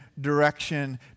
direction